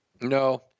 No